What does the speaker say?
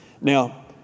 Now